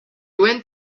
went